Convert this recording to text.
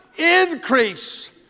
increase